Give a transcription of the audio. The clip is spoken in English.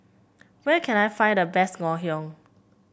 where can I find the best Ngoh Hiang